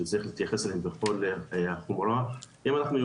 שצריך להתייחס אליו בכל החומרה,